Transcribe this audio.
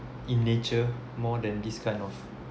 in nature more than this kind of